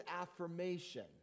affirmation